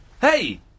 Hey